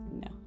no